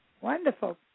Wonderful